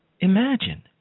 imagine